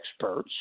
experts